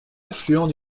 affluent